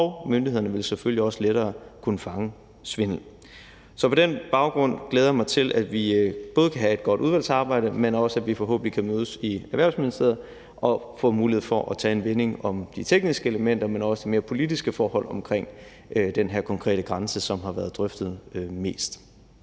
og myndighederne vil selvfølgelig også lettere kunne opfange svindel. Så på den baggrund glæder jeg mig både til, at vi kan have et godt udvalgsarbejde, men også til, at vi forhåbentlig kan mødes i Erhvervsministeriet og få mulighed for at vende de tekniske elementer og også de mere politiske forhold omkring den her konkrete grænse, som har været drøftet mest.